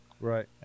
Right